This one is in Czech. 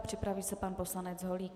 Připraví se pan poslanec Holík.